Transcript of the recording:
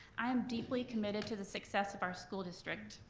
i am deeply committed to the success of our school district.